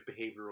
behavioral